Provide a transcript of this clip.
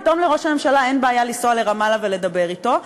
פתאום לראש הממשלה אין בעיה לנסוע לרמאללה ולדבר אתו.